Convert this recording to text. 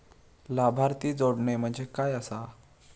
लाभार्थी जोडणे म्हणजे काय आसा?